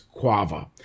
quava